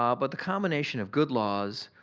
ah but the combination of good laws,